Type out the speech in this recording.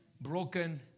broken